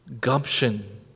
gumption